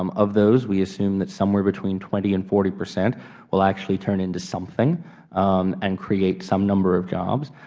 um of those, we assume that somewhere between twenty and forty percent will actually turn into something and create some number of jobs.